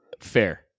Fair